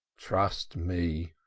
trust me,